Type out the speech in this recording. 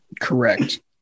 Correct